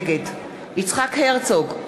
נגד יצחק הרצוג,